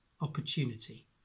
opportunity